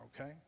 okay